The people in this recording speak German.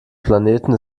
planeten